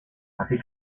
así